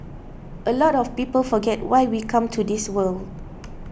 a lot of people forget why we come to this world